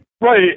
Right